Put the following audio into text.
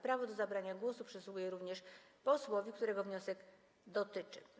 Prawo do zabrania głosu przysługuje również posłowi, którego wniosek dotyczy.